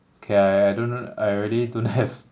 K I I don't I really don't have